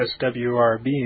SWRB